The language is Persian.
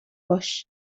باش